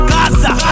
Casa